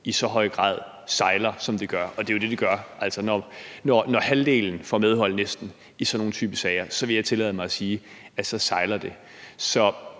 i så høj grad sejler, som det gør, og det er jo det, det gør. Når næsten halvdelen får medhold i sådanne type sager, vil jeg tillade mig sige, at så sejler det.